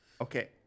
Okay